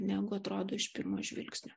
negu atrodo iš pirmo žvilgsnio